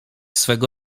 swego